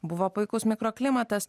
buvo puikus mikroklimatas